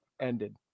ended